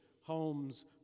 homes